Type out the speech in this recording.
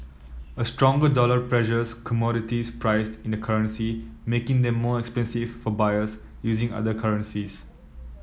a stronger dollar pressures commodities priced in the currency making them more expensive for buyers using other currencies